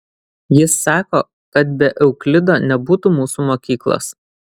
jis sako kad be euklido nebūtų mūsų mokyklos